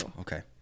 Okay